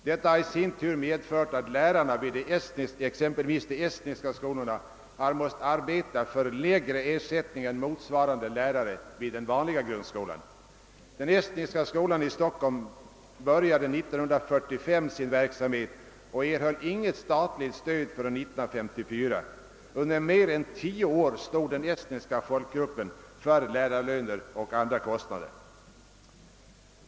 Detta har i sin tur medfört att lärarna vid exempelvis de estniska skolorna har måst arbeta för lägre ersättning än motsvarande lärare vid den vanliga grundskolan. Den estniska skolan i Stockholm började 1945 sin verksamhet och erhöll inget statligt stöd förrän 1954. Under mer än tio år stod den estniska folkgruppen för lärarlöner och andra kostnader.